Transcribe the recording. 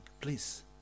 Please